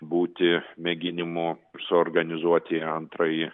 būti mėginimo suorganizuoti antrąjį